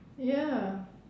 ya